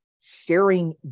sharing